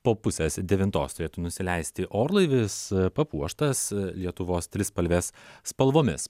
po pusės devintos turėtų nusileisti orlaivis papuoštas lietuvos trispalvės spalvomis